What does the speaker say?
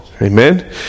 Amen